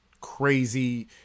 crazy